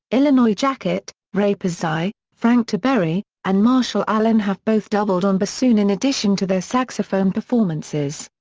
illinois jacquet, ray pizzi, frank tiberi, and marshall allen have both doubled on bassoon in addition to their saxophone performances.